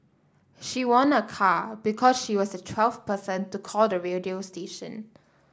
she won a car because she was the twelfth person to call the radio station